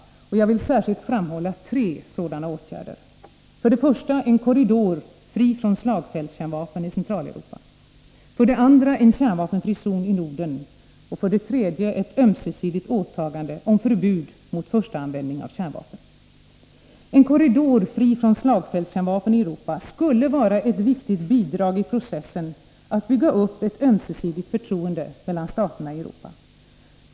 Jag vill särskilt framhålla tre sådana åtgärder: 3. Ett ömsesidigt åtagande om förbud mot första användning av kärnvapen. En korridor fri från slagfältskärnvapen i Europa skulle vara ett viktigt bidrag i processen att bygga upp ett ömsesidigt förtroende mellan staterna i Europa.